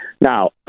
Now